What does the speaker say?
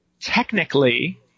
Technically